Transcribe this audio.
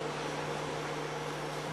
ההצעה להעביר את הנושא